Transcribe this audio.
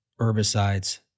herbicides